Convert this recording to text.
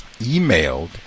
emailed